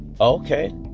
Okay